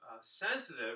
sensitive